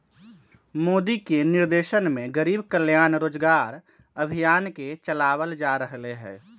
मोदी के निर्देशन में गरीब कल्याण रोजगार अभियान के चलावल जा रहले है